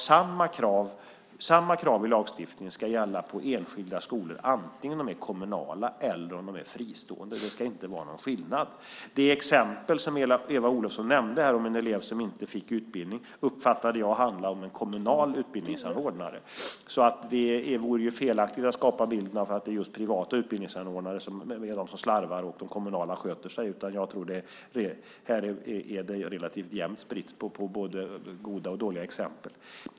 Samma krav i lagstiftningen ska gälla för enskilda skolor antingen de är kommunala eller fristående. Det ska inte vara någon skillnad. Det exempel som Eva Olofsson nämnde om en elev som inte fick utbildning uppfattade jag så att det handlade om en kommunal utbildningsanordnare. Det vore felaktigt att skapa bilden att det är just privata utbildningsanordnare som är de som slarvar och att de kommunala sköter sig. Jag tror att det är relativt jämnt spritt med både goda och dåliga exempel.